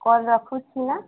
call ରଖୁଛି ନା